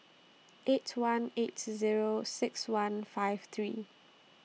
eight one eight Zero six one five three